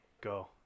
Go